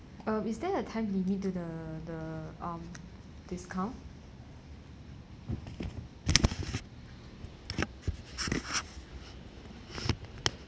uh is there a time limit to the the um discount